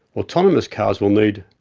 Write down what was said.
autonomous cars will need,